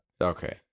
Okay